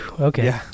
okay